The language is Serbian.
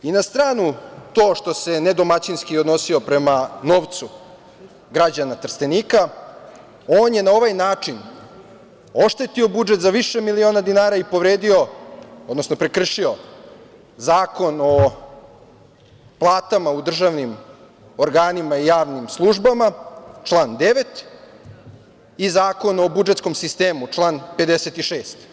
Na stranu to što se ne domaćinski odnosio prema novcu građana Trstenika, on je na ovaj način oštetio budžet za više miliona dinara i povredio, odnosno prekršio Zakon o platama u državnim organima i javnim službama, član 9. i Zakon o budžetskom sistemu, član 56.